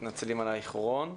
מתנצלים על האיחורון.